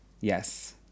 Yes